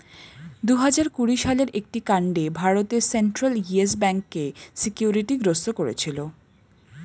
দুহাজার কুড়ি সালের একটি কাণ্ডে ভারতের সেন্ট্রাল ইয়েস ব্যাঙ্ককে সিকিউরিটি গ্রস্ত করেছিল